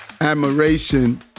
admiration